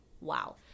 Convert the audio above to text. Wow